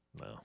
No